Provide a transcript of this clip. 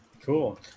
Cool